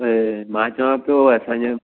मां चवां पियो असां जो